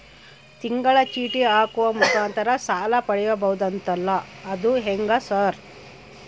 ತಿಂಗಳ ಚೇಟಿ ಹಾಕುವ ಮುಖಾಂತರ ಸಾಲ ಪಡಿಬಹುದಂತಲ ಅದು ಹೆಂಗ ಸರ್?